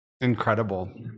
Incredible